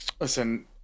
listen